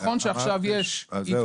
נכון שעכשיו יש עדכון --- נכון,